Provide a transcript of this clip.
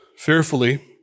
Fearfully